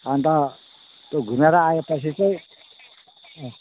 अन्त त्यो घुमेर आएपछि चाहिँ